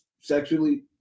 sexually